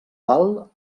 val